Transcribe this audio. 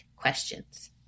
questions